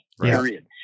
period